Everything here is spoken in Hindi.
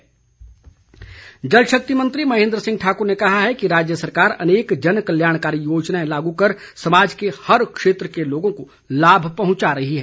महेन्द्र सिंह जल शक्ति मंत्री महेन्द्र सिंह ठाकुर ने कहा है कि राज्य सरकार अनेक जन कल्याणकारी योजनाएं लागू कर समाज के हर क्षेत्र के लोगों को लाभ पहंचा रही है